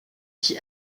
qui